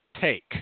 take